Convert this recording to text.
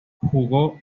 jugó